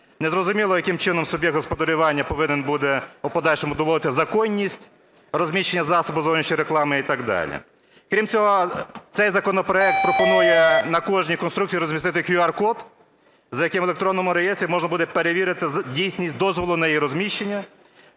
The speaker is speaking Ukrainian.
Незрозуміло, яким чином суб'єкт господарювання повинен буде у подальшому доводити законність розміщення засобу зовнішньої реклами і так далі. Крім цього, цей законопроект пропонує на кожній конструкції розмістити QR-код, за яким в електронному реєстрі можна буде перевірити дійсність дозволу на її розміщення.